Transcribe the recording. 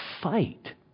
fight